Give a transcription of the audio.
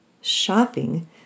shopping